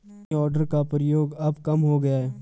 money order का प्रयोग अब कम हो गया है